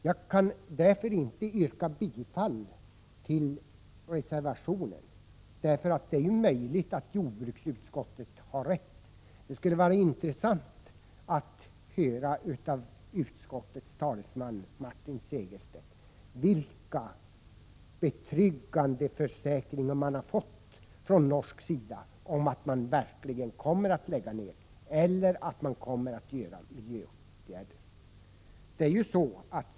Jag kan därför inte yrka bifall till reservationen, eftersom det är möjligt att jordbruksutskottet har rätt. Det skulle vara intressant att av utskottets talesman Martin Segerstedt höra vilka betryggande försäkringar utskottet har fått från norsk sida om att man verkligen kommer att lägga ned eller att man kommer att vidta miljöåtgärder.